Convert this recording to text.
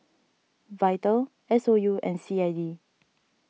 Vital S O U and C I D